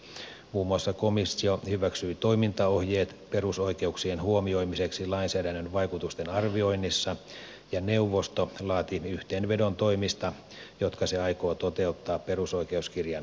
muun muassa komissio hyväksyi toimintaohjeet perusoikeuksien huomioimiseksi lainsäädännön vaikutusten arvioinnissa ja neuvosto laati yhteenvedon toimista jotka se aikoo toteuttaa perusoikeuskirjan soveltamista varten